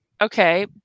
Okay